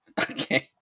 Okay